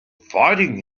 fighting